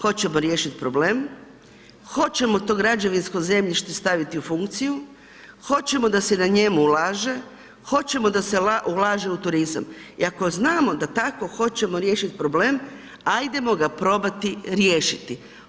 Hoćemo riješiti problem, hoćemo to građevinsko zemljište staviti u funkciju, hoćemo da se u njemu ulaže, hoćemo da se ulaže u turizam i ako znamo da tako hoćemo riješiti problem, ajdemo ga probati riješiti.